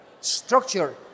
structure